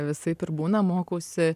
visaip ir būna mokausi